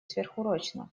сверхурочно